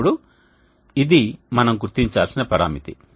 ఇప్పుడు ఇది మనం గుర్తించాల్సిన పరామితి